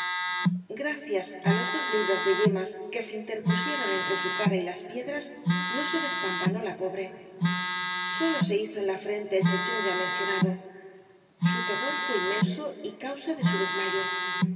gracias á las dos li bras de yemas que se interpusieron entre su cara y las piedras no se despampanó la pobre solo se hizo en la frente el chichón ya mencionado su te rror fué inmenso y causa de su desmayo